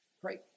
great